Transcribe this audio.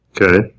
Okay